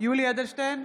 יולי יואל אדלשטיין,